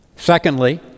Secondly